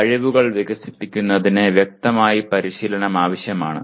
കഴിവുകൾ വികസിപ്പിക്കുന്നതിന് വ്യക്തമായി പരിശീലനം ആവശ്യമാണ്